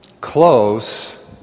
close